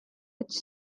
its